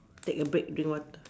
take a break drink water